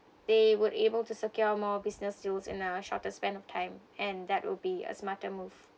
they would able to secure more business deals in a shorter span of time and that would be a smarter move